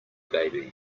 baby